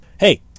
Hey